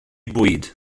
bwyd